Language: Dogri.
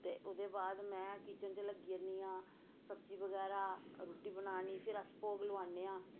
ते ओह्दे बाद में किचन च लग्गी जन्नी आं सब्जी बगैरा रुट्टी बनानी फिर अस भोग लोआन्ने आं